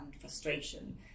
frustration